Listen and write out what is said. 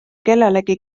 kellelegi